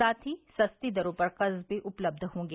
साथ ही सस्ती दरों पर कर्ज भी उपलब्ध होंगे